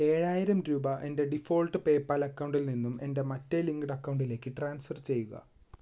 ഏഴായിരം രൂപ എൻ്റെ ഡിഫോൾട്ട് പേയ്പാൽ അക്കൗണ്ടിൽ നിന്നും എൻ്റെ മറ്റേ ലിങ്ക്ഡ് അക്കൗണ്ടിലേക്ക് ട്രാൻസ്ഫർ ചെയ്യുക